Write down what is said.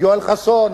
יואל חסון,